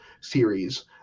series